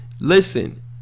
Listen